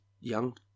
young